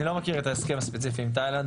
אני לא מכיר את ההסכם הספציפי עם תאילנד,